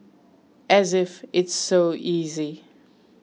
as if it's so easy